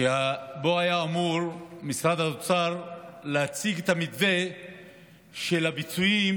שבו היה אמור משרד האוצר להציג את המתווה של הפיצויים